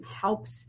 helps